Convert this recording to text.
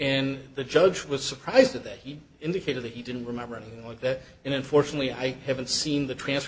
and the judge was surprised at that he indicated that he didn't remember anything like that and unfortunately i haven't seen the t